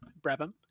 brabham